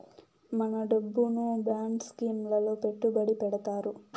మన డబ్బును bond scheme లలో పెట్టుబడి పెడతారు